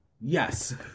Yes